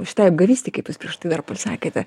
šitai apgavystei kaip jūs prieš tai dar pasakėte